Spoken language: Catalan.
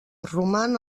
roman